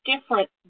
different